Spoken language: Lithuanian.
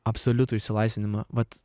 absoliutų išsilaisvinimą vat